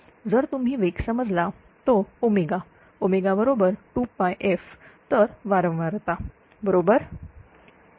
जर तुम्ही वेग समजला तो बरोबर 2f तर वारंवारता बरोबर